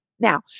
Now